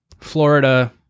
florida